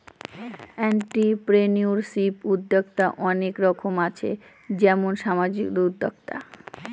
entrepreneurship উদ্যক্তা অনেক রকম আছে যেমন সামাজিক উদ্যোক্তা